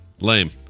Lame